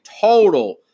total